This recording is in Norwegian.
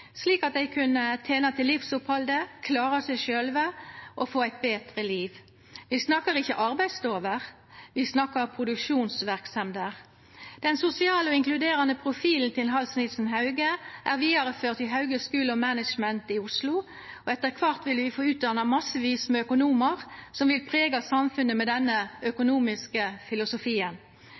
slik at dei kunne tena til livsopphaldet, klara seg sjølve og få eit betre liv. Vi snakkar ikkje arbeidsstover – vi snakkar produksjonsverksemder. Den sosiale og inkluderande profilen til Hans Nilsen Hauge er vidareført i Hauge School of Management i Oslo, og etter kvart vil vi få utdanna massevis av økonomar som vil prega samfunnet med denne økonomiske filosofien.